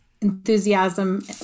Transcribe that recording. enthusiasm